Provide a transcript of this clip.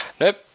Nope